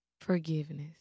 Forgiveness